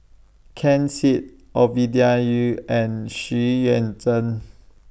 Ken Seet Ovidia Yu and Xu Yuan Zhen